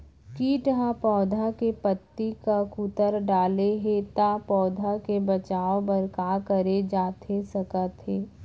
किट ह पौधा के पत्ती का कुतर डाले हे ता पौधा के बचाओ बर का करे जाथे सकत हे?